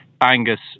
Angus